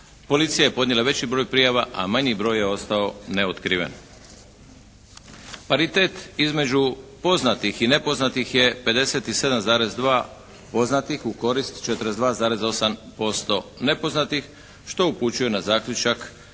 policija je podnijela veći broj prijava, a manji broj je ostao neotkriven. Paritet između poznatih i nepoznatih je 57,2 poznatih u korist 42,8% nepoznatih što upućuje na zaključak